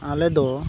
ᱟᱞᱮ ᱫᱚ